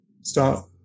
start